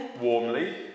warmly